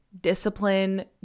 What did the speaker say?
discipline